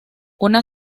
una